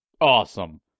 Awesome